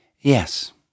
Yes